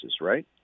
right